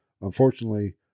Unfortunately